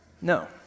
no